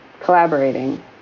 collaborating